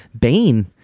Bane